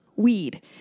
weed